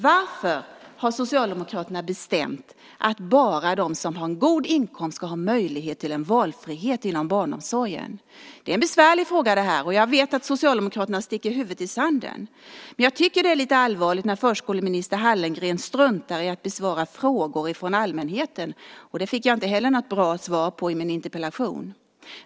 Varför har Socialdemokraterna bestämt att bara de som har en god inkomst ska ha möjlighet till valfrihet inom barnomsorgen? Det här är en besvärlig fråga. Jag vet att Socialdemokraterna sticker huvudet i sanden. Men jag tycker att det är lite allvarligt när förskoleminister Hallengren struntar i att besvara frågor från allmänheten. Inte heller det i min interpellation fick jag något bra svar på.